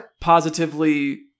positively